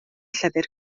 llyfr